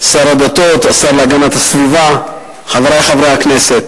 שר הדתות, השר להגנת הסביבה, חברי חברי הכנסת,